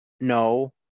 No